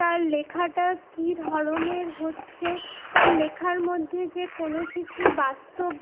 তার লেখাটা কী ধরনের হচ্ছে তার লেখার মধ্যে যে কোনো কিছু বাস্তব